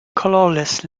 colourless